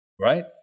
Right